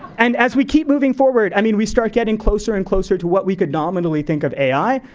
and as we keep moving forward, i mean, we start getting closer and closer to what we could nominally think of ai.